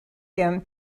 him